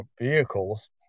vehicles